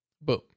Boom